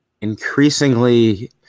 increasingly